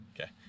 Okay